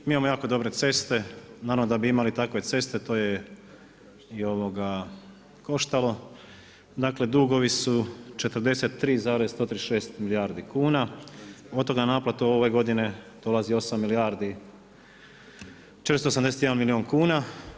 Mi imamo jako dobre ceste, naravno da bi imali takve ceste to je koštalo, dakle dugovi su 43,136 milijardi kuna od toga na naplatu ove godine dolazi 8 milijardi 481 milijun kuna.